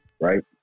right